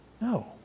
No